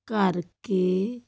ਕਰਕੇ